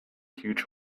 huge